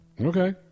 Okay